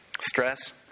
Stress